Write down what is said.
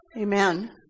Amen